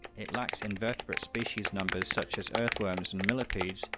it lacks invertebrate species numbers such as earthworms and millipedes,